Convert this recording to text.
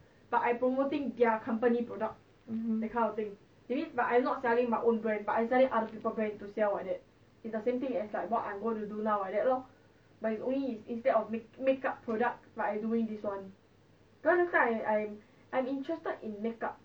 mmhmm